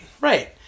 right